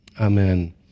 amen